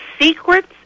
Secrets